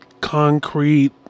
concrete